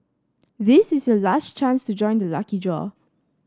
this is your last chance to join the lucky draw